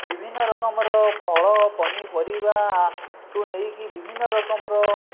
ବିଭିନ୍ନ ରକମର ଫଳ ପନିପରିବାଠାରୁ ନେଇକି ବିଭିନ୍ନ ରକମର